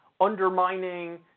undermining